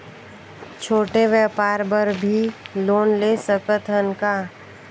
छोटे व्यापार बर भी लोन ले सकत हन का?